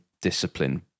discipline